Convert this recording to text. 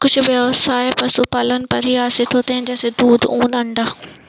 कुछ ब्यवसाय पशुपालन पर ही आश्रित है जैसे दूध, ऊन, अंडा